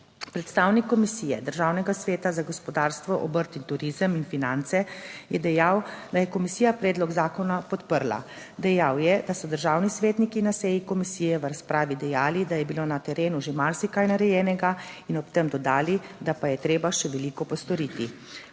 Predstavnik Komisije Državnega sveta za gospodarstvo, obrt, turizem in finance je dejal, da je komisija predlog zakona podprla. Dejal je, da so državni svetniki na seji komisije v razpravi dejali, da je bilo na terenu že marsikaj narejenega in ob tem dodali, da pa je treba še veliko postoriti.